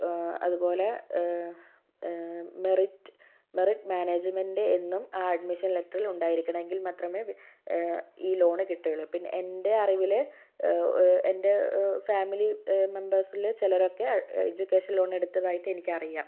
അതുപോലെ merit merit management എന്നും ആ അഡ്മിഷൻ ലെറ്ററിൽ ഉണ്ടായിരിക്കണം എങ്കിൽ മാത്രമേ ഈ ലോണ് കിട്ടുകയുള്ളൂ പിന്നെ എൻറെ അറിവിൽ എൻറെ ഫാമിലി മെമ്പേഴ്സിൽ ചിലരൊക്കെ എഡ്യൂക്കേഷൻ ലോൺ എടുത്തതായിട്ട് എനിക്ക് അറിയാം